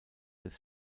des